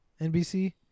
NBC